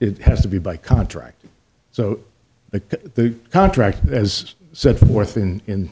it has to be by contract so the contract as set forth in